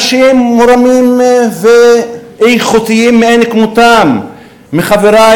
אנשים מורמים ואיכותיים מאין-כמותם מחברי